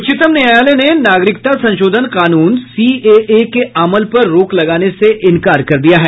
उच्चतम न्यायालय ने नागरिकता संशोधन कानून सीएए के अमल पर रोक लगाने से इंकार कर दिया है